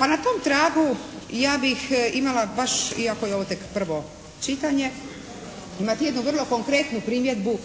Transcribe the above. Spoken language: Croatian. na tom tragu ja bih imala baš iako je ovo tek prvo čitanje jednu vrlo konkretnu primjedbu